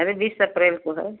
अरे बीस अप्रैल को है